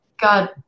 God